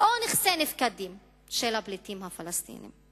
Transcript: או נכסי נפקדים של הפליטים הפלסטינים.